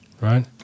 right